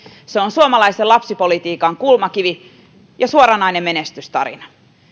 se on suomalaisen lapsipolitiikan kulmakivi ja suoranainen menestystarina